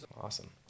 Awesome